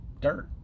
dirt